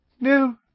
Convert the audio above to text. No